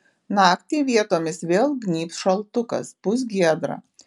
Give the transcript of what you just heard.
naktį vietomis vėl gnybs šaltukas bus giedra